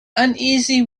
uneasy